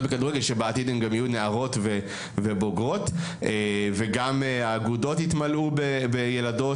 בכדורגל שבעתיד הן גם יהיו נערות ובוגרות וגם האגודות יתמלאו בילדות.